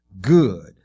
good